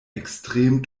extrem